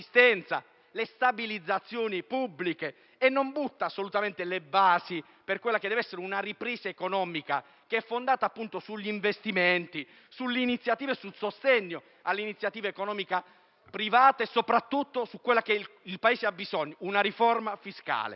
le stabilizzazioni pubbliche - e non getta assolutamente le basi per una ripresa economica fondata sugli investimenti, sull'iniziativa e sul sostegno all'iniziativa economica privata e soprattutto su ciò di cui il Paese ha bisogno, e cioè una riforma fiscale.